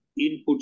inputs